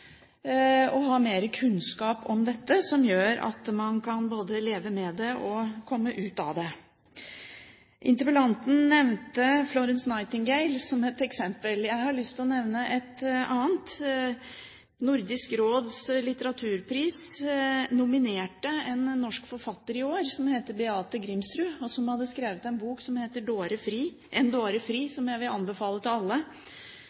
kan leve med det og komme ut av det. Interpellanten nevnte Florence Nightingale som et eksempel. Jeg har lyst til å nevne et annet. Nordisk Råds litteraturpris nominerte en norsk forfatter i år som heter Beate Grimsrud, som har skrevet en bok som heter «En dåre fri», som jeg vil anbefale til alle.